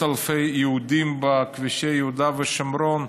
אלפי יהודים בכבישי יהודה ושומרון,